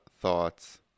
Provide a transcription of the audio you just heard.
Thoughts